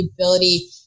ability